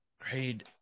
Grade